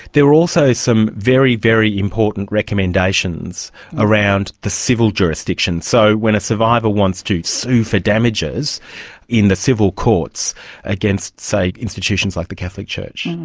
there are also some very, very important recommendations around the civil jurisdiction, so when a survivor wants to sue for damages in the civil courts against, say, institutions like the catholic church.